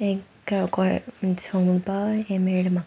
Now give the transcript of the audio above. हें सोंग म्हणपाक हें मेळ्ळें म्हाका